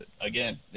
Again